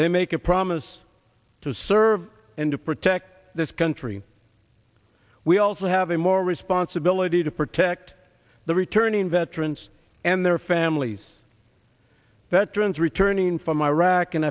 they make a promise to serve and to protect this country we also have a moral responsibility to protect the returning veterans and their families veterans returning from iraq and